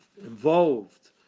involved